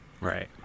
Right